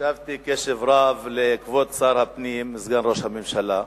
הקשבתי בקשב רב לכבוד שר הפנים, סגן ראש הממשלה,